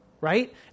right